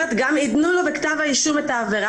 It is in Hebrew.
בכלא, כלומר גם עידנו לו בכתב האישום את העבירה.